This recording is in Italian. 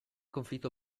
conflitto